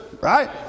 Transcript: right